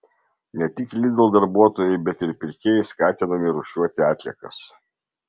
ne tik lidl darbuotojai bet ir pirkėjai skatinami rūšiuoti atliekas